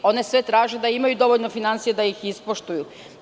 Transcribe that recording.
One sve traže da imaju dovoljno finansija da ih ispoštuju.